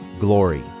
glory